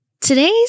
Today's